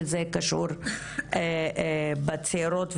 אני רוצה לתת מקום לעוד עדות.